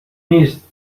نیست